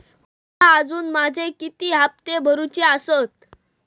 माका अजून माझे किती हप्ते भरूचे आसत?